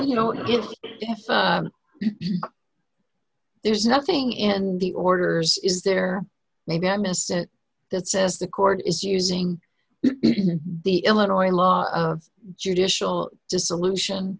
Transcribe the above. you know if there's nothing in the orders is there maybe i missed that says the court is using the illinois law judicial dissolution